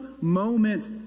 moment